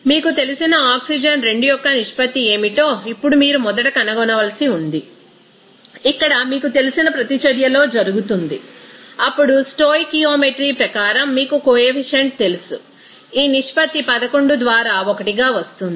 మీకు తెలిసిన ఆక్సిజన్ 2 యొక్క నిష్పత్తి ఏమిటో ఇప్పుడు మీరు మొదట కనుగొనవలసి ఉంది ఇక్కడ మీకు తెలిసిన ప్రతిచర్యలో జరుగుతుంది అప్పుడు స్టోయికియోమెట్రీ ప్రకారం మీకు కొఎఫిషియంట్ తెలుసు ఈ నిష్పత్తి 11 ద్వారా 1 గా వస్తుంది